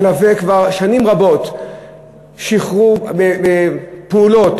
מלווה כבר שנים רבות שחרור אחרי פעולות